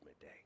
Day